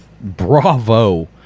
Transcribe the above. Bravo